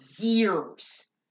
years